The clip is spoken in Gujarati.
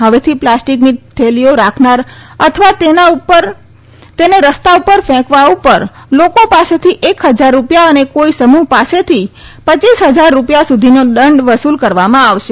હવેથી પ્લાઉસ્ટકની થેલીઓ રાખનાર અથવા તેને રસ્તા ઉપર ફેંકવા ઉપર લોકો પાસેથી એક હજાર રૂપિયા અને કોઈ સમૂહ પાસેથી વચ્ચીસ હજાર રૂપિયા સુધીનો દંડ વસૂલ કરવામાં આવશે